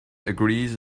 agrees